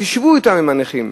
תשבו אתם, עם הנכים.